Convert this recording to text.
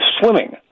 swimming